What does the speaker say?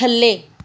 ਥੱਲੇ